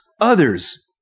others